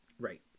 right